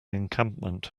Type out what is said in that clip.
encampment